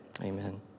amen